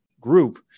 group